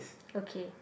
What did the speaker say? okay